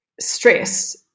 stress